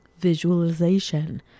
visualization